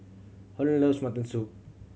Holland loves mutton soup